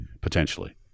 potentially